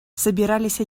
собирались